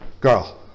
girl